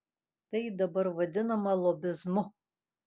tai dabar vadinama lobizmu